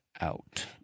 out